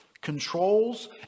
controls